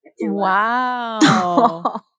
Wow